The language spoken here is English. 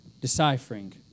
deciphering